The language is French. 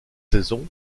saison